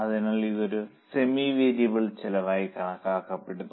അതിനാൽ ഇത് ഒരു സെമി വേരിയബിൾ ചെലവായി കണക്കാക്കപ്പെടുന്നു